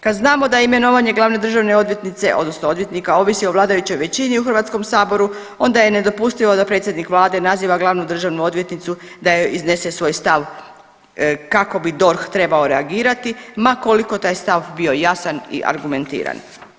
Kad znamo da imenovanje glavne državne odvjetnice odnosno odvjetnika ovisi o vladajućoj većini u Hrvatskom saboru onda je nedopustivo da predsjednik vlade naziva glavnu državnu odvjetnicu da joj iznese svoj stav kako bi DORH trebao reagirati ma koliko taj stav bio jasan i argumentiran.